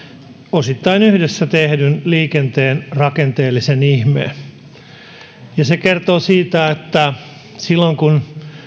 osittain liikenteen yhdessä tehdyn rakenteellisen ihmeen se kertoo siitä että silloin kun